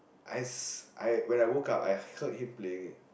I I when I woke up I heard him playing it